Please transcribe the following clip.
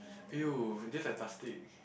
!aiyo! that's like plastic